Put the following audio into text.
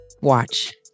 watch